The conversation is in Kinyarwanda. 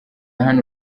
hano